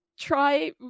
try